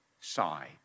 side